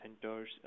centers